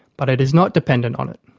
but it is not dependent on it.